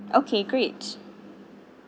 okay great